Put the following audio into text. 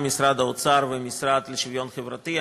משרד האוצר והמשרד לשוויון חברתי.